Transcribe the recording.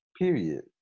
Period